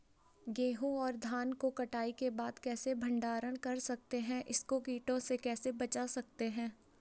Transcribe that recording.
गेहूँ और धान को कटाई के बाद कैसे भंडारण कर सकते हैं इसको कीटों से कैसे बचा सकते हैं?